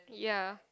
ya